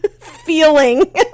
feeling